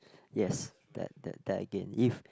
yes that that that again if